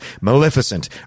Maleficent